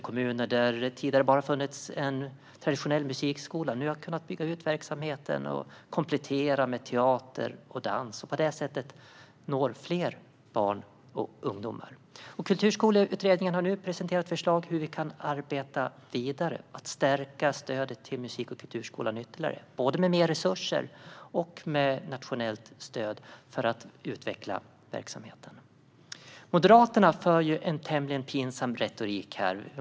Kommuner där det tidigare bara funnits en traditionell musikskola har kunnat bygga ut verksamheten och komplettera med teater och dans och på det sättet nå fler barn och ungdomar. Kulturskoleutredningen har nu presenterat förslag för hur vi kan arbeta vidare och ytterligare stärka stödet till musik och kulturskolan, både med mer resurser och med nationellt stöd för att utveckla verksamheten. Moderaterna har en tämligen pinsam retorik här.